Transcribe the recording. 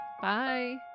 Bye